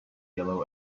yellow